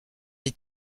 des